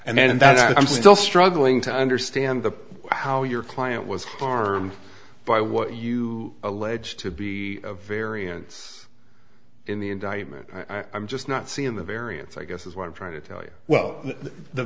and then that's what i'm still struggling to understand the how your client was harmed by what you allege to be a variance in the indictment i'm just not seeing the variance i guess is what i'm trying to tell you well the